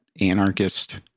anarchist